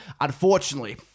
Unfortunately